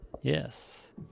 Yes